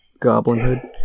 goblinhood